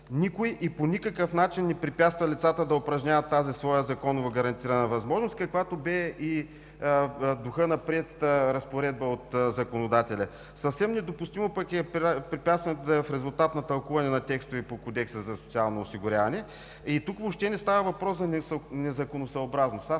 никой и по никакъв начин не препятства лицата да упражняват тази своя законово гарантирана възможност, какъвто бе и духът на приетата разпоредба от законодателя. Съвсем недопустимо е препятствието да е в резултат на тълкуване на текстовете по Кодекса за социално осигуряване. Тук въобще не става въпрос за незаконосъобразност.